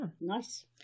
Nice